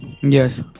yes